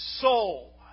soul